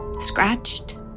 scratched